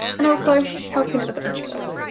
and also, helping other introverts.